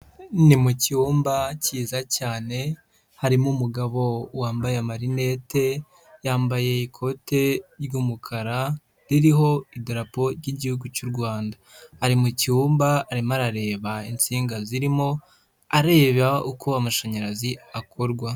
Ni mu cyumba cyiza cyane harimo umugabo wambaye amarinete, yambaye ikote ry'umukara ririho idarapo ry'Igihugu cy'u Rwanda, ari mu cyumba arimo arareba insinga zirimo, areba uko amashanyarazi akorwa.